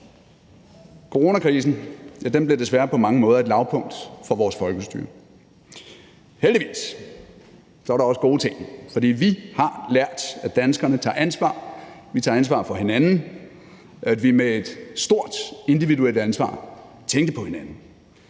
Coronakrisen, ja, den blev desværre på mange måder et lavpunkt for vores folkestyre. Heldigvis er der også gode ting, fordi vi har lært, at danskerne tager ansvar, vi tager ansvar for hinanden, at vi med et stort individuelt ansvar tænkte på hinanden,